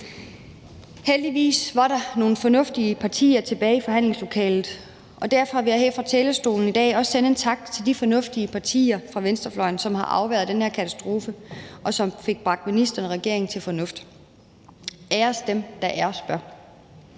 Heldigvis var der nogle fornuftige partier tilbage i forhandlingslokalet, og derfor vil jeg her fra talerstolen i dag også sende en tak til de fornuftige partier fra venstrefløjen, som har afværget den her katastrofe, og som fik bragt ministeren og regeringen til fornuft. Æres dem, der æres bør.